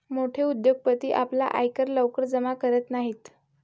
मोठे उद्योगपती आपला आयकर लवकर जमा करत नाहीत